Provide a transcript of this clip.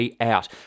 out